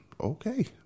Okay